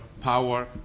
power